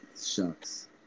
shucks